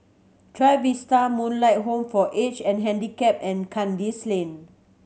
Trevista Moonlight Home for Age And Handicap and Kandis Lane